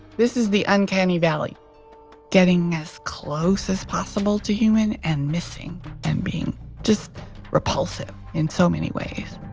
this is the uncanny valley getting as close as possible to human and missing and being just repulsive in so many ways.